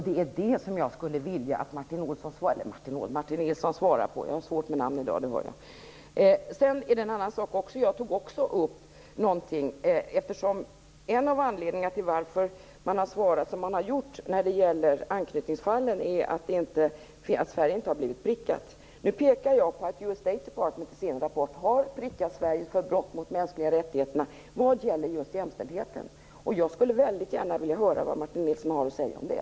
Det är det som jag skulle vilja att Martin Jag tog också upp en annan sak. En av anledningarna till varför man har svarat som man gjort när det gäller anknytningsfallen är att Sverige inte har blivit prickat. Nu pekar jag på att US State Department i sin rapport har prickat Sverige för brott mot de mänskliga rättigheterna vad gäller just jämställdheten. Jag skulle väldigt gärna vilja höra vad Martin Nilsson har att säga om det.